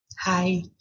Hi